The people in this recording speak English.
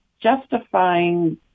justifying